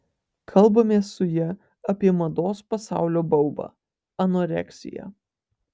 kalbamės su ja apie mados pasaulio baubą anoreksiją